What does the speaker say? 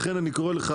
לכן אני קורא לך,